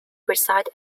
reside